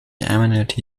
amenity